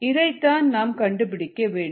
இதைத்தான் நாம் கண்டுபிடிக்க வேண்டும்